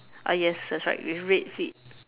ah yes that's right with red feet